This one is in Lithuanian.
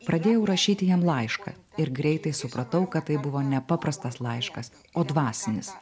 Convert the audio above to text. pradėjau rašyti jam laišką ir greitai supratau kad tai buvo nepaprastas laiškas o dvasinis